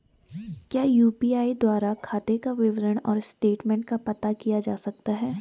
क्या यु.पी.आई द्वारा खाते का विवरण और स्टेटमेंट का पता किया जा सकता है?